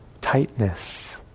tightness